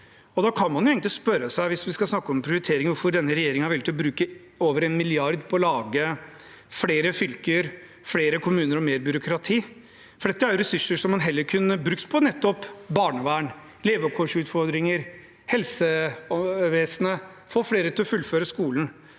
vi skal snakke om prioritering, hvorfor denne regjeringen er villig til å bruke over en milliard på å lage flere fylker, flere kommuner og mer byråkrati. Dette er ressurser som man heller kunne brukt på nettopp barnevern, levekårsutfordringer, helsevesen, å få flere til å fullføre skolen,